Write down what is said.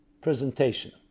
presentation